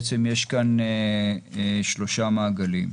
בעצם יש כאן שלושה מעגלים: